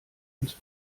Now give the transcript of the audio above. uns